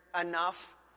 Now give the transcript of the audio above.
enough